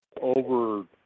over